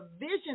vision